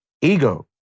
ego